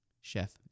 chef